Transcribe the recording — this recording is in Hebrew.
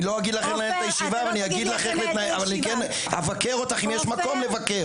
אני כן אבקר אותך אם יש מקום לבקר.